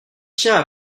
tiens